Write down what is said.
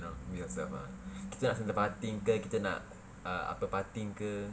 be yourself ah kita nak centre parting ke kita nak uh apa parting ke